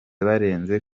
barenze